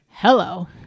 Hello